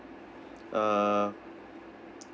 uh